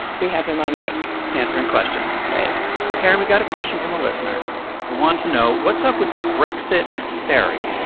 we have him on mic answering questions that's right so, karen, we got a question from a listener who wanted to know what's up with the brexit ferry.